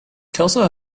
kelso